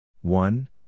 one